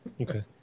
Okay